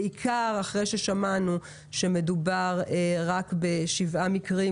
בעיקר אחרי ששמענו שמדובר רק בשבעה מקרים,